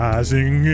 Rising